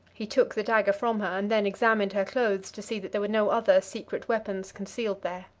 he took the dagger from her, and then examined her clothes to see that there were no other secret weapons concealed there.